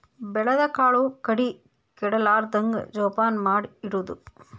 ಬೆಳದ ಕಾಳು ಕಡಿ ಕೆಡಲಾರ್ದಂಗ ಜೋಪಾನ ಮಾಡಿ ಇಡುದು